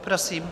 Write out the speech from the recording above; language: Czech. Prosím.